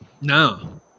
No